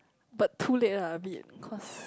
but too late ah a bit cause